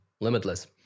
limitless